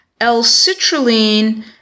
L-citrulline